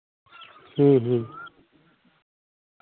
ᱦᱮᱸ ᱦᱮᱸ